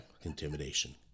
intimidation